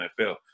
NFL